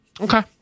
Okay